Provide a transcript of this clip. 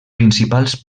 principals